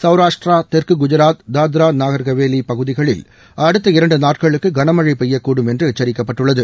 சௌராஷ்டரா தெற்கு குஜராத் தாத்ரா நகர்ஹவேலி பகுதிகளில் அடுத்த இரண்டு நாட்களுக்கு கனமழை பெய்யக்கூடும் என்று எச்சரிக்கப்பட்டுள்ளது